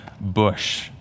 bush